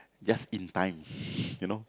just in time you know